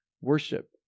worship